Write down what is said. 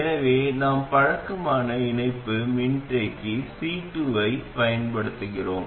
எனவே நாம் பழக்கமான இணைப்பு மின்தேக்கி C2 ஐப் பயன்படுத்துகிறோம்